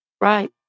Right